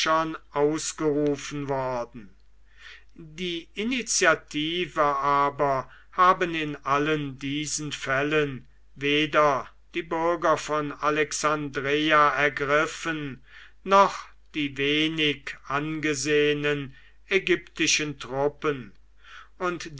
ausgerufen worden die initiative aber haben in allen diesen fällen weder die bürger von alexandreia ergriffen noch die wenig angesehenen ägyptischen truppen und